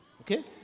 Okay